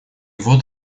вот